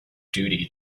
duty